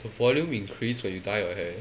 the volume increase when you dye your hair